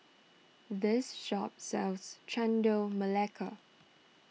this shop sells Chendol Melaka